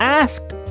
asked